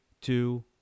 two